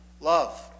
love